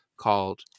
called